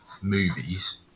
movies